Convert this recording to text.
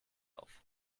auf